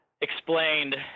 explained